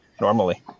normally